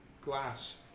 glass